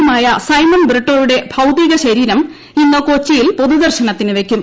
യുമായ സൈമൺ ബ്രിട്ടോയുടെ ഭൌതിക ശരീരം ഇന്ന് കൊച്ചിയിൽ പൊതുദർശനത്തിനുവെയ്ക്കും